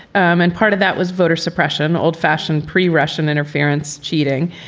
um and part of that was voter suppression, old-fashion pretty russian interference, cheating,